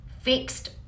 fixed